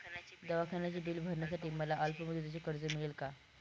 दवाखान्याचे बिल भरण्यासाठी मला अल्पमुदतीचे कर्ज मिळेल का?